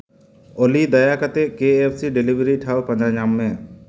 ᱚᱞᱤ ᱫᱟᱭᱟ ᱠᱟᱛᱮᱫ ᱠᱮ ᱮᱯᱷ ᱥᱤ ᱰᱮᱞᱤᱵᱷᱟᱨᱤ ᱴᱷᱟᱶ ᱯᱟᱸᱡᱟ ᱧᱟᱢ ᱢᱮ